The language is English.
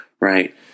right